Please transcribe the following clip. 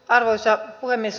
arvoisa puhemies